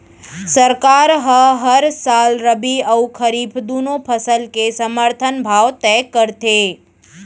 सरकार ह हर साल रबि अउ खरीफ दूनो फसल के समरथन भाव तय करथे